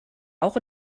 auch